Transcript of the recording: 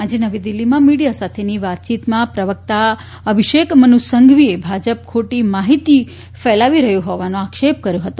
આજે નવી દિલ્હીમાં મીડિયા સાથેની વાતચીતમાં પ્રવક્તા અભિષેક મનુસંઘવીએ ભાજપ ખોટી માહિતીઓ ફેલાવી રહ્યું હોવાનો આક્ષેપ કર્યો હતો